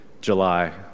July